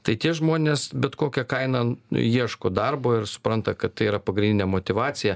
tai tie žmonės bet kokia kaina ieško darbo ir supranta kad tai yra pagrindinė motyvacija